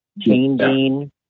changing